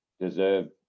Deserve